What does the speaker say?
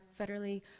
federally